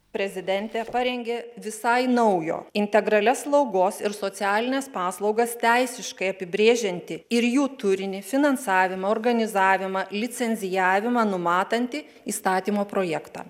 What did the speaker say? prezidentė parengė visai naujo integralias slaugos ir socialines paslaugas teisiškai apibrėžiantį ir jų turinį finansavimo organizavimą licencijavimą numatantį įstatymo projektą